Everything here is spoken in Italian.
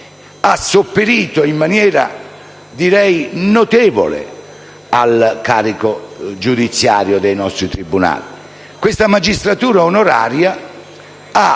ha sopperito in maniera notevole al carico giudiziario dei nostri tribunali. Questa magistratura onoraria ha